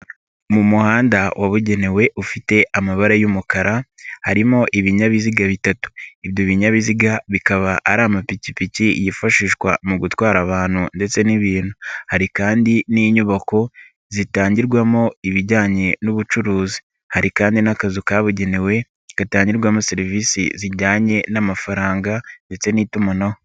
Mu muhanda wabugenewe ufite amabara y'umukara, harimo ibinyabiziga bitatu. Ibyo binyabiziga bikaba ari amapikipiki yifashishwa mu gutwara abantu ndetse n'ibintu. Hari kandi n'inyubako zitangirwamo ibijyanye n'ubucuruzi. Hari kandi n'akazu kabugenewe gatangirwamo serivisi zijyanye n'amafaranga ndetse n'itumanaho.